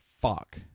Fuck